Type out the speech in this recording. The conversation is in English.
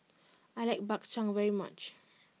I like Bak Chang very much